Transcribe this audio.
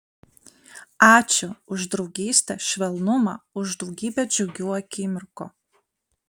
ačiū už draugystę švelnumą už daugybę džiugių akimirkų